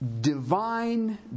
Divine